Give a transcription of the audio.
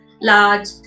large